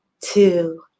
two